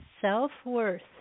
self-worth